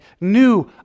new